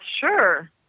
Sure